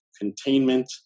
containment